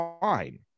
fine